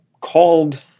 called